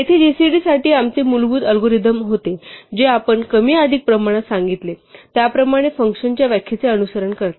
येथे जीसीडी साठी आमचे मूलभूत अल्गोरिदम होते जे आपण कमी अधिक प्रमाणात सांगितले त्याप्रमाणे फंक्शनच्या व्याख्येचे अनुसरण करते